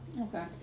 Okay